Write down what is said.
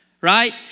right